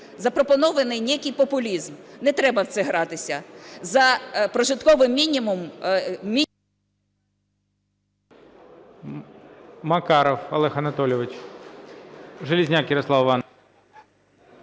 запропонований некий популізм. Не треба в це гратися. За прожитковий мінімум…